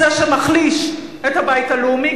אתה זה שמחליש את הבית הלאומי,